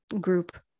group